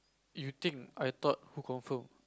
you think I thought who confirm